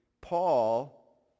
Paul